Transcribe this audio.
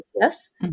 Yes